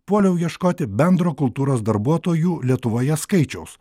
puoliau ieškoti bendro kultūros darbuotojų lietuvoje skaičiaus